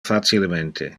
facilemente